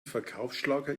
verkaufsschlager